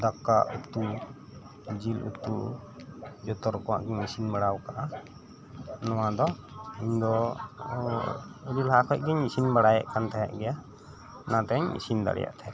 ᱫᱟᱠᱟ ᱩᱛᱩ ᱡᱤᱞ ᱩᱛᱩ ᱡᱚᱛᱚ ᱨᱚᱠᱚᱢᱟᱜ ᱤᱧ ᱤᱥᱤᱱ ᱵᱟᱲᱟ ᱟᱠᱟᱜᱼᱟ ᱱᱚᱣᱟ ᱫᱚ ᱤᱧ ᱫᱚ ᱟᱹᱰᱤ ᱞᱟᱦᱟ ᱠᱷᱚᱡ ᱜᱮᱧ ᱤᱥᱤᱱ ᱵᱟᱭᱮᱫ ᱠᱟᱱ ᱛᱟᱦᱮᱫ ᱜᱮᱭᱟ ᱚᱱᱟᱛᱤᱧ ᱫᱟᱲᱮᱭᱟᱫ ᱛᱟᱦᱮᱸᱼᱟ